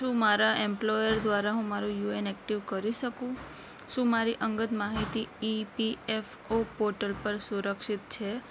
શું મારા એમ્પ્લોયર દ્વારા એમ્પ્લોયર દ્વારા હું મારુ યુએએન એક્ટિવ કરી સકું અંગત માહિતી ઈપીએફઓ પોર્ટલ પર સુરક્ષિત છે